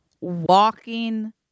walking